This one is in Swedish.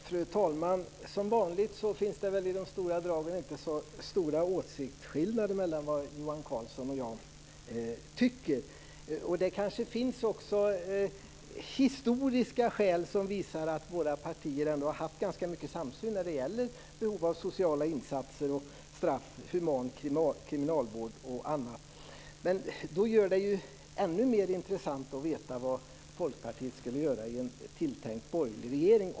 Fru talman! Som vanligt finns det väl i de stora dragen inte så stora åsiktsskillnader mellan vad Johan Carlsson och jag tycker. Det kanske också finns historiska skäl som visar att våra partier ändå haft ganska mycket samsyn när det gäller behov av sociala insatser, human kriminalvård och annat. Det gör det då ännu mer intressant att veta vad Folkpartiet skulle göra i en tilltänkt borgerlig regeringen.